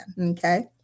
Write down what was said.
Okay